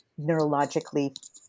neurologically